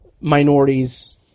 minorities